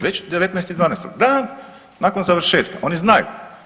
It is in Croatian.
Već 19.12. dan nakon završetka oni znaju.